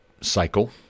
cycle